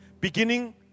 beginning